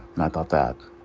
and i thought that,